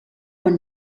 bon